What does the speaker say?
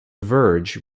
verge